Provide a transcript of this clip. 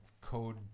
code